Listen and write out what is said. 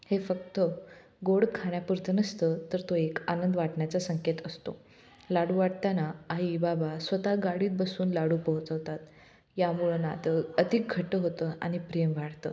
हे फक्त गोड खाण्यापुरतं नसतं तर तो एक आनंद वाटण्याचा संकेत असतो लाडू वाटताना आई बाबा स्वतः गाडीत बसून लाडू पोहचवतात यामुळं नातं अधिक घट्ट होतं आणि प्रेम वाढतं